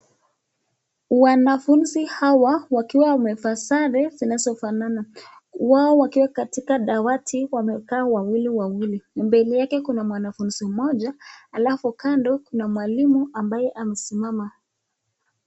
Wanafunzi hawa wakiwa wamevaa sare zinazofanana wao wakiwa katika dawati wamekaa wawili. Mbele yake kuna mwanafunzi mmoja alafu kando kuna mwalimu ambaye amesimama.